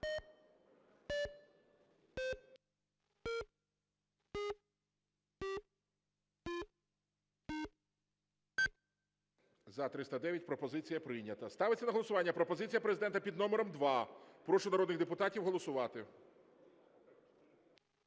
За-309 Пропозиція прийнята. Ставиться на голосування пропозиція Президента під номером 2. Прошу народних депутатів голосувати.